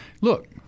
look